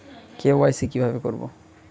KYC কিভাবে করব?